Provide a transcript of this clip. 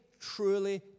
truly